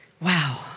Wow